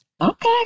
Okay